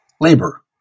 labor